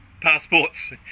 passports